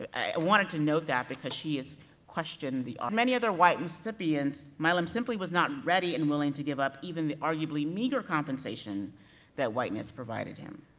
i wanted to note that, because she has questioned the, um many other white mississippians, milam simply was not ready and willing to give up, even the arguably arguably meager compensation that whiteness provided him.